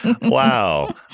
Wow